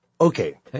Okay